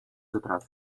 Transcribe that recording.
затрат